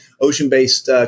ocean-based